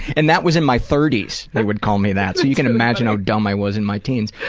and that was in my thirty s, they would call me that. so you can imagine how dumb i was in my teens.